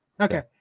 Okay